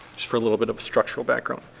just for a little bit of a structural background.